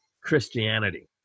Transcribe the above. christianity